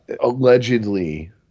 Allegedly